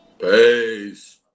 Peace